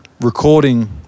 recording